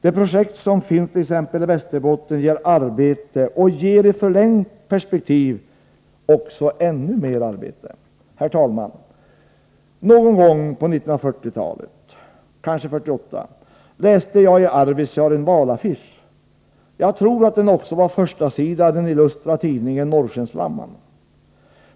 De projekt som finns t.ex. i Västerbotten ger arbete och ger i förlängt perspektiv också ännu mer arbete. Herr talman! Någon gång på 1940-talet, kanske 1948, läste jag i Arvidsjaur en valaffisch. Jag tror att den också var förstasida i den illustra tidningen Norrskensflamman.